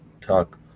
talk